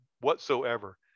whatsoever